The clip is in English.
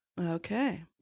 Okay